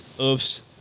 Oops